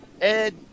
Ed